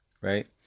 right